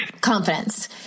Confidence